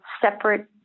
separate